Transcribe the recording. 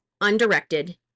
undirected